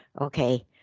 okay